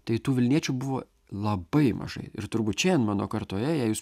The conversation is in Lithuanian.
tai tų vilniečių buvo labai mažai ir turbūt šiandien mano kartoje jei jūs